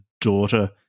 daughter